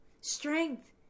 Strength